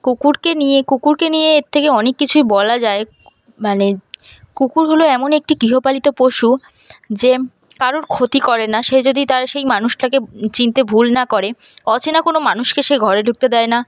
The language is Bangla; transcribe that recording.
কুকুরকে নিয়ে কুকুরকে নিয়ে এর থেকে অনেক কিছুই বলা যায় মানে কুকুর হল এমন একটি গৃহপালিত পশু যে কারুর ক্ষতি করে না সে যদি তার সেই মানুষটাকে চিনতে ভুল না করে অচেনা কোনো মানুষকে সে ঘরে ঢুকতে দেয় না